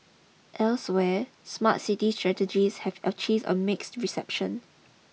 elsewhere smart city strategies have achieved a mixed reception